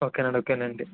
ఓకేనండి ఓకేనండి